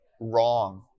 wrong